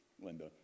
Linda